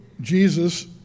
Jesus